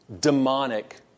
demonic